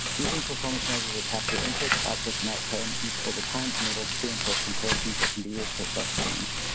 using performance measures that capture inputs, outputs and outcomes over time enables pre and post comparisons that can be used to assess change.